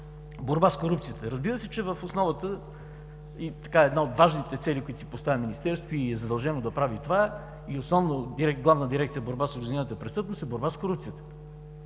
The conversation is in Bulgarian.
Борба с корупцията – разбира се, че в основата и една от важните цели, които си поставя Министерството и е задължено да го прави това, и основно Главна дирекция „Борба с организираната престъпност“, е борба с корупцията.